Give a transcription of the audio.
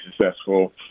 successful